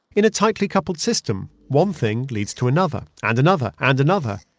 in a tightly coupled system, one thing leads to another and another and another.